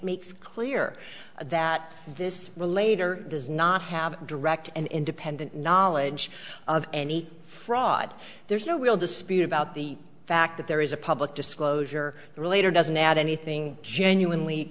makes clear that this will later does not have a direct and independent knowledge of any fraud there's no real dispute about the fact that there is a public disclosure relator doesn't add anything genuinely